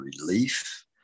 relief